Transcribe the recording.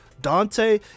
Dante